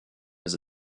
his